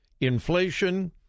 Inflation